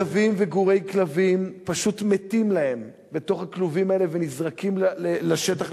כלבים וגורי כלבים פשוט מתים להם בתוך הכלובים האלה ונזרקים לשטח,